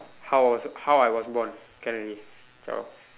how was how I was born can already zhao